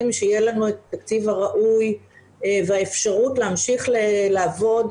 שיהיה לנו את התקציב הראוי והאפשרות להמשיך לעבוד